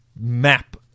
map